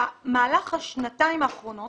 במהלך השנתיים האחרונות